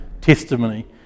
testimony